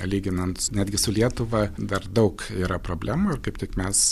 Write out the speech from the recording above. lyginant netgi su lietuva dar daug yra problemų ir kaip tik mes